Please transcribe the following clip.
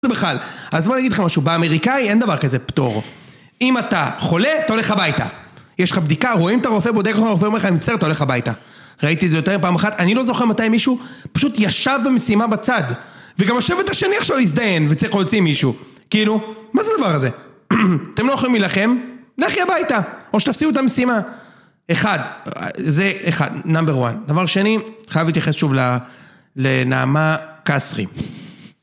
אז בוא נגיד לכם משהו, באמריקאי אין דבר כזה פטור אם אתה חולה, אתה הולך הביתה יש לך בדיקה, רואים את הרופא, בודק לכם הרופא אומר לך אני מצטער, אתה הולך הביתה ראיתי את זה יותר פעם אחת, אני לא זוכר מתי מישהו פשוט ישב במשימה בצד וגם השבט השני עכשיו הזדיין וצא להוציא מישהו, כאילו מה זה הדבר הזה? אתם לא יכולים להילחם לכי הביתה, או שתפסידו את המשימה אחד, זה אחד נאמבר 1, דבר שני חייב להתייחס שוב לנעמה קסרי